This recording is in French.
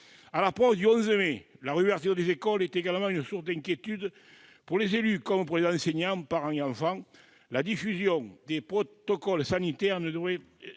À l'approche du 11 mai, la réouverture des écoles est une autre source d'inquiétude, pour les élus comme pour les enseignants, parents et enfants. La diffusion des protocoles sanitaires ne devrait